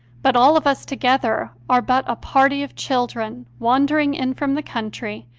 but all of us together are but a party of children wandering in from the country,